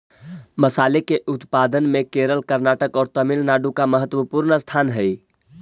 मसाले के उत्पादन में केरल कर्नाटक और तमिलनाडु का महत्वपूर्ण स्थान हई